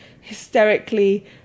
hysterically